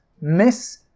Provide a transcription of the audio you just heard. miss